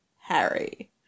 Harry